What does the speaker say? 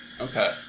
okay